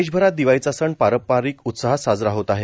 देशभरात दिवाळीचा सण पारंपरिक उत्साहात साजरा होत आहे